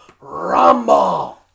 Rumble